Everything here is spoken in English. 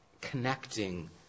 connecting